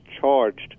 charged